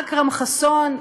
אכרם חסון,